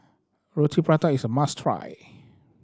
Roti Prata is a must try